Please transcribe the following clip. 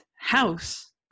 house